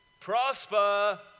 Prosper